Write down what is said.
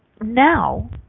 now